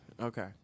Okay